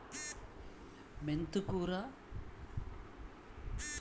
మెంతి కూర అజీర్తి, గ్యాస్ట్రిక్ సమస్యలు, వివిధ పేగు సమస్యలను అరికట్టడంలో సహాయపడుతుంది